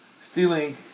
stealing